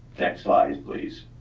next slide, please.